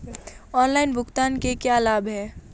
Online भुगतान के क्या लाभ हैं?